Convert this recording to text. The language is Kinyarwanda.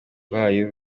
rwayo